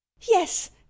yes